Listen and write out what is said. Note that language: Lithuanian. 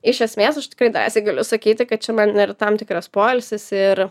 iš esmės aš tikrai drąsiai galiu sakyti kad čia man ir tam tikras poilsis ir